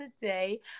today